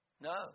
No